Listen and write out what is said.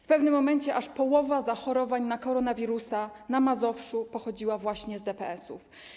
W pewnym momencie aż połowa liczby zachorowań na koronawirusa na Mazowszu pochodziła właśnie z DPS-ów.